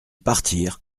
partirent